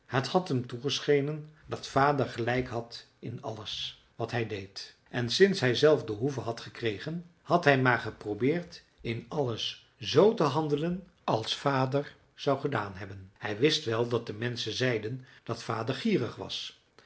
het had hem toegeschenen dat vader gelijk had in alles wat hij deed en sinds hij zelf de hoeve had gekregen had hij maar geprobeerd in alles z te handelen als vader zou gedaan hebben hij wist wel dat de menschen zeiden dat vader gierig was